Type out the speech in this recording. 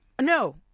No